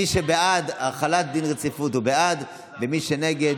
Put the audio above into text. מי שבעד החלת דין רציפות, הוא בעד, ומי שנגד,